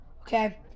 okay